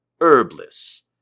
herbless